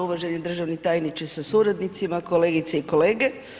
Uvaženi državni tajniče sa suradnicima, kolegice i kolege.